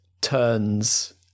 turns